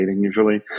usually